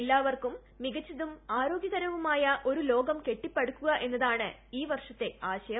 എല്ലാവർക്കും മികച്ചതും ആരോഗ്യകരവുമായ ഒരു ലോകം കെട്ടിപ്പടുക്കുക എന്നതാണ് ഈ വർഷത്തെ ആശയം